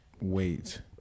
wait